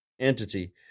entity